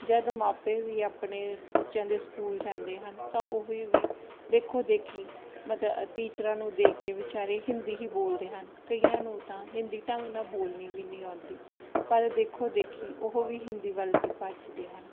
ਜਦੋਂ ਮਾਪੇ ਵੀ ਆਪਣੇ ਬੱਚਿਆਂ ਦੇ ਸਕੂਲ ਜਾਂਦੇ ਹਨ ਤਾਂ ਉਹ ਵੀ ਵੀ ਦੇਖੋ ਦੇਖੀ ਮਜ ਟੀਚਰਾਂ ਨੂੰ ਦੇਖ ਕੇ ਵਿਚਾਰੇ ਹਿੰਦੀ ਹੀ ਬੋਲਦੇ ਹਨ ਕਈਆਂ ਨੂੰ ਤਾਂ ਹਿੰਦੀ ਢੰਗ ਨਾਲ ਬੋਲਣੀ ਵੀ ਨਹੀਂ ਆਉਂਦੀ ਪਰ ਦੇਖੋ ਦੇਖੀ ਉਹ ਵੀ ਹਿੰਦੀ ਵੱਲ ਹੀ ਭੱਜਦੇ ਹਨ